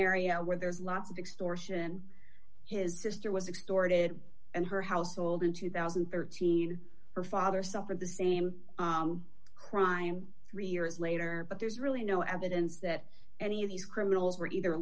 area where there's lots of extortion his sister was extorted and her household in two thousand and thirteen her father suffered the same crime three years later but there's really no evidence that any of these criminals were either